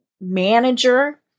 manager